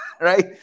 Right